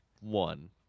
one